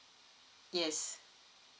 yes